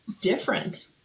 different